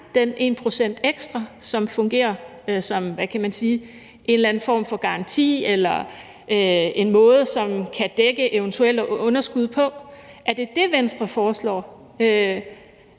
den 1 pct. ekstra, som fungerer som en eller anden form for garanti eller som en måde, man kan dække eventuelle underskud på. Er det dét, Venstre foreslår?